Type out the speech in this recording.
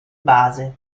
base